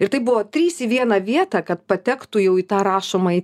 ir tai buvo trys į vieną vietą kad patektų jau į tą rašomąjį